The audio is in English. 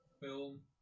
Film